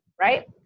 right